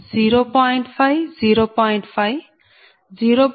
5 0